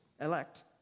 elect